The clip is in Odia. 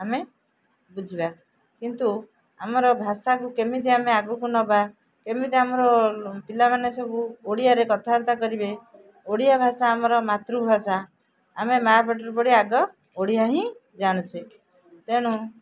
ଆମେ ବୁଝିବା କିନ୍ତୁ ଆମର ଭାଷାକୁ କେମିତି ଆମେ ଆଗକୁ ନବା କେମିତି ଆମର ପିଲାମାନେ ସବୁ ଓଡ଼ିଆରେ କଥାବାର୍ତ୍ତା କରିବେ ଓଡ଼ିଆ ଭାଷା ଆମର ମାତୃଭାଷା ଆମେ ମାଆ ପେଟରୁ ପଢ଼ି ଆଗ ଓଡ଼ିଆ ହିଁ ଜାଣୁଛେ ତେଣୁ